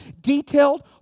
detailed